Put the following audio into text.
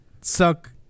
Suck